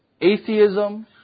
atheism